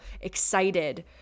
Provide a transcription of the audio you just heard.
excited